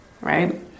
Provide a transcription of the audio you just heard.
right